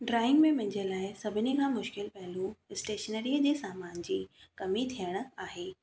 drawing में मुंहिंजे लाइ सभिनी खां मुश्किलु पहिलू स्टेशनरीअ जे सामान जी कमी थियणु आहे